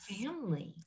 family